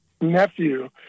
nephew